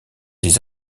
des